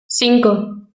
cinco